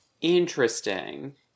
interesting